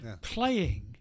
playing